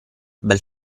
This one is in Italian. bel